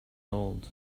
old